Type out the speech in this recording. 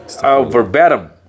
verbatim